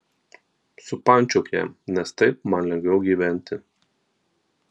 supančiok ją nes taip man lengviau gyventi